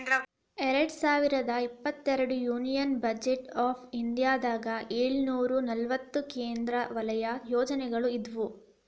ಎರಡ್ ಸಾವಿರದ ಇಪ್ಪತ್ತೆರಡರ ಯೂನಿಯನ್ ಬಜೆಟ್ ಆಫ್ ಇಂಡಿಯಾದಾಗ ಏಳುನೂರ ನಲವತ್ತ ಕೇಂದ್ರ ವಲಯ ಯೋಜನೆಗಳ ಇದ್ವು